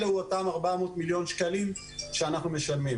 אלה אותם 400 מיליון שקלים שאנחנו משלמים